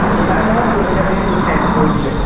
আপোনাক মই পৰহিলৈ ধানখিনি পঠিয়াই আছো পৰহিলৈ